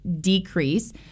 decrease